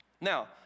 Now